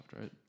right